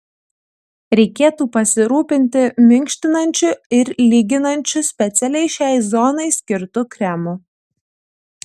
reikėtų pasirūpinti minkštinančiu ir lyginančiu specialiai šiai zonai skirtu kremu